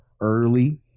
early